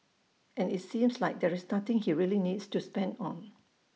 and IT seems like there's nothing he really needs to spend on